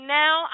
now